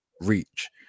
reach